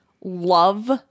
love